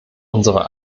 unserer